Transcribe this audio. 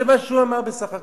זה מה שהוא אמר בסך הכול.